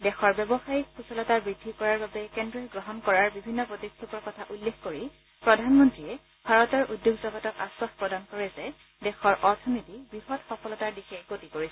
দেশৰ ব্যৱসায়ীক সূচলতা বৃদ্ধি কৰাৰ বাবে কেন্দ্ৰই গ্ৰহণ কৰাৰ বিভিন্ন পদক্ষেপৰ কথা উল্লেখ কৰি প্ৰধানমন্ত্ৰীয়ে ভাৰতৰ উদ্যোগ জগতক আখাস প্ৰদান কৰে যে দেশৰ অথনীতি বৃহৎ সফলতাৰ দিশে গতি কৰিছে